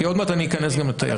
כי עוד מעט אני אכנס גם לתיירים.